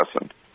lesson